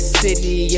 city